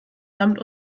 damit